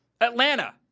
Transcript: Atlanta